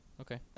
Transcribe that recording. okay